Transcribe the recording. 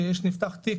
נפתח תיק,